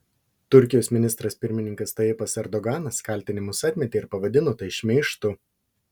turkijos ministras pirmininkas tayyipas erdoganas kaltinimus atmetė ir pavadino tai šmeižtu